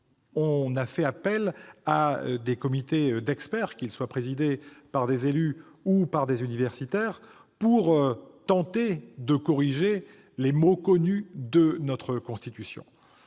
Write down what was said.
on a fait appel à des comités d'experts, qu'ils soient présidés par des élus ou par des universitaires, pour tenter de corriger les maux connus de notre Constitution.